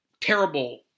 terrible